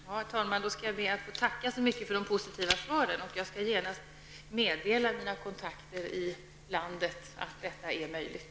Herr talman! Jag skall be att få tacka utrikesministern så mycket för de positiva svaren. Jag skall genast meddela mina kontakter i landet att detta är möjligt.